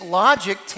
logic